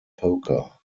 poker